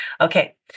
Okay